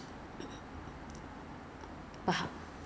I mean Taobao now 比较贵 leh 因为那时候我刚刚买 right